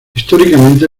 históricamente